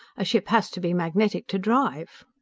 a ship has to be magnetic to drive!